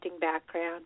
background